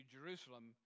Jerusalem